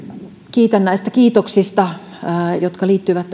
kiitän näistä kiitoksista jotka liittyivät